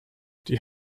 die